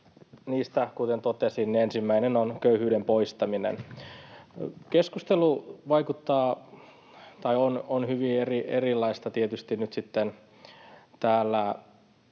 niistä, kuten totesin, ensimmäinen on köyhyyden poistaminen. Keskustelu on tietysti nyt sitten täällä